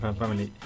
family